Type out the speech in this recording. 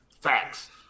Facts